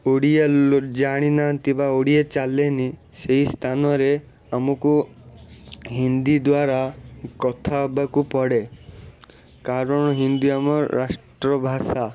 ଓଡ଼ିଆ ଜାଣିନାହାଁନ୍ତି ବା ଓଡ଼ିଆ ଚାଲେନି ସେଇ ସ୍ଥାନରେ ଆମକୁ ହିନ୍ଦୀ ଦ୍ବାରା କଥା ହବାକୁ ପଡ଼େ କାରଣ ହିନ୍ଦୀ ଆମର ରାଷ୍ଟ୍ରଭାଷା